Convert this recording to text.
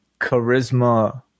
charisma